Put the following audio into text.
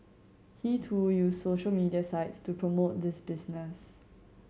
he too used social media sites to promote this business